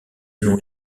selon